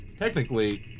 technically